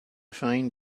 find